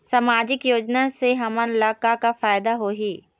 सामाजिक योजना से हमन ला का का फायदा होही?